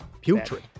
putrid